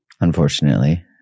unfortunately